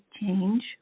Change